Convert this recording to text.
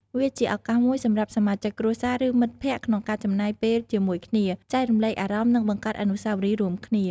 វាជាឱកាសមួយសម្រាប់សមាជិកគ្រួសារ ឬមិត្តភក្តិក្នុងការចំណាយពេលជាមួយគ្នា ចែករំលែកអារម្មណ៍ និងបង្កើតអនុស្សាវរីយ៍រួមគ្នា។